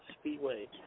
Speedway